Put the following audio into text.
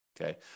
okay